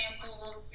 samples